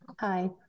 Hi